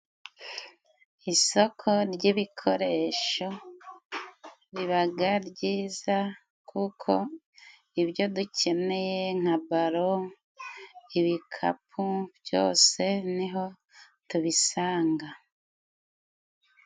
Isoko ryibikoresho ribaga ryiza, kuko ibyo dukeneye nka balo, ibikapu byose ni ho tubisanga.